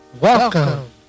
Welcome